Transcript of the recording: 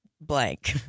blank